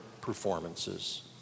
performances